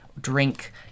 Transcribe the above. drink